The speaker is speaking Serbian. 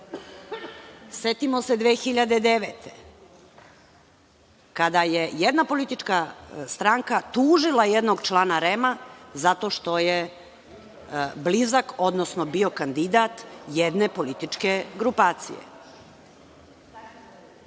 Setimo se 2009. godine, kada je jedna politička stranka tužila jednog člana REM-a zato što je blizak, odnosno bio kandidat jedne političke grupacije.